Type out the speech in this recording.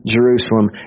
Jerusalem